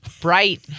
bright